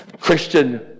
Christian